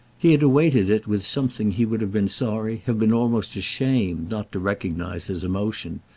he had awaited it with something he would have been sorry, have been almost ashamed not to recognise as emotion,